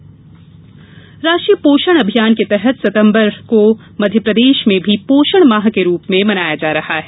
पोषण माह राष्ट्रीय पोषण अभियान के तहत सितंबर माह को मध्यप्रदेश में भी पोषण माह के रूप में मनाया जा रहा है